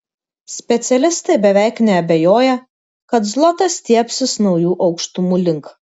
specialistai beveik neabejoja kad zlotas stiebsis naujų aukštumų link